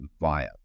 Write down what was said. via